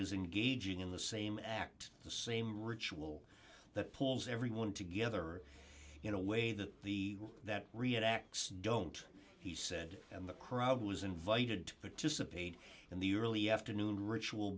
is engaging in the same act the same ritual that pulls everyone together in a way that the that riyadh acts don't he said and the crowd was invited to participate in the early afternoon ritual